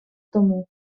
тому